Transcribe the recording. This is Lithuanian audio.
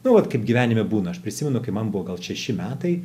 nu vat kaip gyvenime būna aš prisimenu kai man buvo gal šeši metai